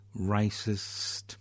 racist